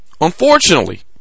Unfortunately